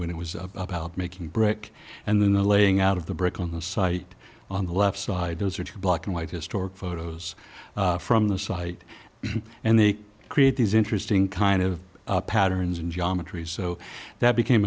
when it was about making brick and then the laying out of the brick on the site on the left side those are black and white historic photos from the site and they create these interesting kind of patterns in geometry so that became